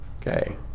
Okay